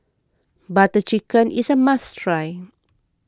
Butter Chicken is a must try